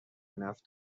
نفت